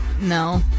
No